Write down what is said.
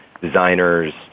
designers